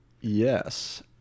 Yes